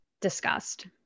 discussed